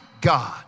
God